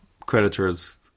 creditors